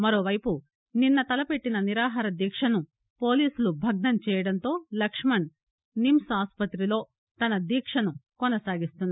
మరోవైపు నిన్న తలపెట్టిన నిరాహార దీక్షను పోలీసులు భగ్నం చేయటంతో లక్ష్మణ్ నిమ్స్ ఆస్పతిలో తన దీక్షను కొనసాగిస్తున్నారు